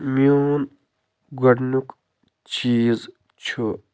میون گۄڈٕنیُک چیٖز چھُ